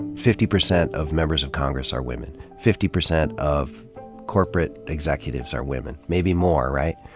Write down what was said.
fifty percent of members of congress are women. fifty percent of corporate executives are women. maybe more, right?